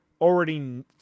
already